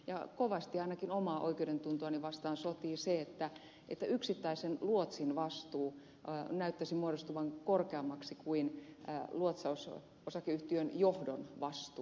kovasti ainakin omaa oikeudentuntoani vastaan sotii se että yksittäisen luotsin vastuu näyttäisi muodostuvan korkeammaksi kuin luotsausosakeyhtiön johdon vastuu